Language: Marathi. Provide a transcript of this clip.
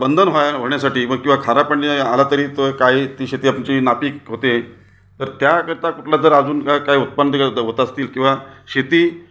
बंद व्हाय होण्यासाठी किंवा खारा पाणी आलं तरी तर काही ती शेती आमची नापीक होते तर त्याकरता कुठला जर अजून काही काही उत्पन्न होत असतील किंवा शेती